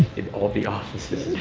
all the offices,